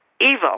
Evil